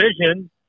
vision